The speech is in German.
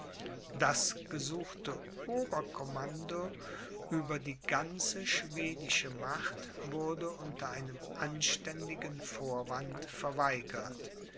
das gesuchte obercommando über die ganze schwedische macht wurde unter einem anständigen vorwand verweigert